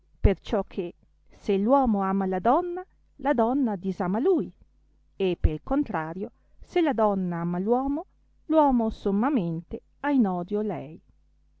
disaguaglianza perciò che se l'uomo ama la donna la donna disama lui e pel contrario se la donna ama l'uomo l uomo sommamente ha in odio lei